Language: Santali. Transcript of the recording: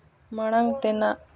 ᱢᱟᱲᱟᱝ ᱛᱮᱱᱟᱜ